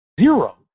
zero